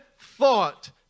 thought